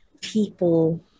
People